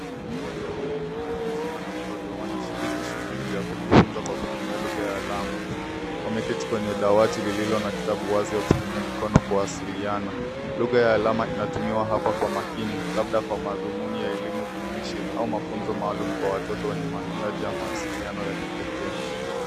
Watu wawili, mtu mzima na mtoto wanashiriki shuguli ya kujifunza kwa kutumia lugha ya alama. Wameketi kwenye dawati lililo na kitabu wazi wakitumia mikono kuwasiliana. Lugha ya alama inatumiwa hapa kwa makini labda kwa madhumuni ya elimu jumuishi au mafunzo maalum kwa watoto wenye mahitaji ya mawasiliano ya kipekee.